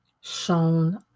shown